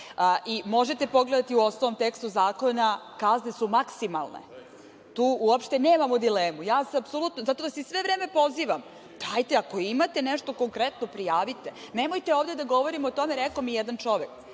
Možete pogledati u ostalom tekstu zakona, kazne su maksimalne. Tu uopšte nemamo dilemu. Zato vas i pozivam sve vreme, dajte, ako imate nešto konkretno prijavite. Nemojte da ovde govorimo o tome „rekao mi jedan čovek“.